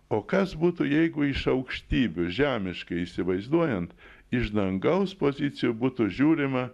o kas būtų jeigu iš aukštybių žemiškai įsivaizduojant iš dangaus pozicijų būtų žiūrima